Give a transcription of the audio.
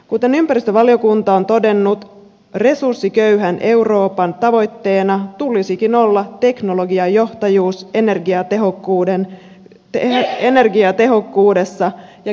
kuten ympäristövaliokunta on todennut resurssiköyhän euroopan tavoitteena tulisikin olla teknologiajohtajuus energiatehokkuudessa ja kestävyydessä